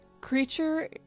Creature